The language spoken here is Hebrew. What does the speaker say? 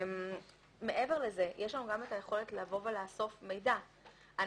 יש לנו את היכולת לבוא ולאסוף מידע.